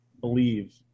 believe